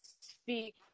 speak